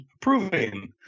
proving